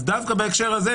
דווקא בהקשר הזה,